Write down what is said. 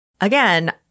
Again